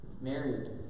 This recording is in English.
Married